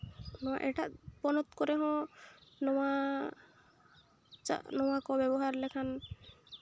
ᱱᱚᱣᱟ ᱮᱴᱟᱜ ᱯᱚᱱᱚᱛ ᱠᱚᱨᱮ ᱦᱚᱸ ᱱᱚᱣᱟ ᱪᱟᱜ ᱱᱚᱣᱟ ᱠᱚ ᱵᱮᱵᱚᱦᱟᱨ ᱞᱮᱠᱷᱟᱱ